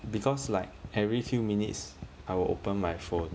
because like every few minutes I will open my phone